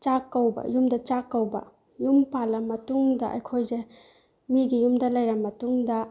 ꯆꯥꯛ ꯀꯧꯕ ꯌꯨꯝꯗ ꯆꯥꯛ ꯀꯧꯕ ꯌꯨꯝ ꯄꯥꯜꯂꯕ ꯃꯇꯨꯡꯗ ꯑꯩꯈꯣꯏꯁꯦ ꯃꯤꯒꯤ ꯌꯨꯝꯗ ꯂꯩꯔꯕ ꯃꯇꯨꯡꯗ